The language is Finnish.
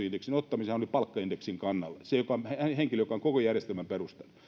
indeksin ottamiseen hän oli palkkaindeksin kannalla se henkilö joka on koko järjestelmän perustanut